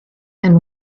and